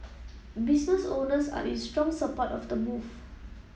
business owners are in strong support of the move